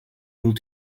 able